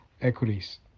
equities